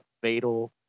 fatal